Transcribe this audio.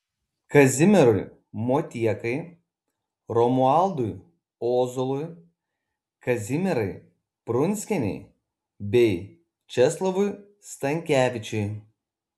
kazimierui motiekai romualdui ozolui kazimierai prunskienei bei česlovui stankevičiui